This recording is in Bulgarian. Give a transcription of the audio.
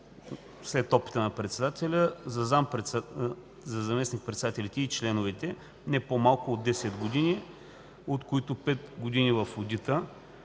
След опита на председателя, за заместник-председателите и членовете – „не по-малко от 10 години, от които 5 години в одита“.